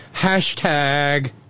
hashtag